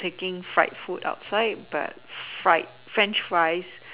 taking fried food outside but fried French fries